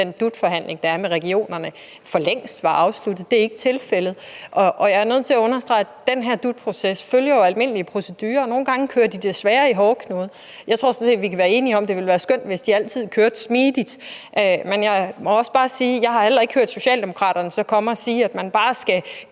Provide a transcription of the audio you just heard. at den DUT- forhandling, der er med regionerne, for længst var afsluttet. Det er ikke tilfældet, og jeg er nødt til at understrege, at den her DUT-proces jo følger almindelige procedurer. Nogle gange går de desværre i hårdknude. Jeg tror sådan set, vi kan være enige om, at det ville være skønt, hvis de altid kørte smidigt, men jeg må også bare sige, at jeg så heller ikke har hørt Socialdemokraterne komme og sige, at man bare skal